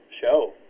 show